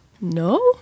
no